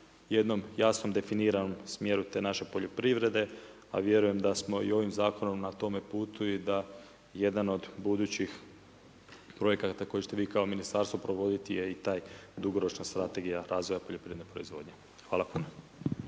jednom jasnom definiranom smjeru te naše poljoprivrede. A vjerujem da smo i ovim zakonom na tome putu i da jedan od budućih projekata koje ćete vi kao ministarstvo provoditi je i ta dugoročna strategija razvoja poljoprivredne proizvodnje. Hvala.